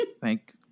Thank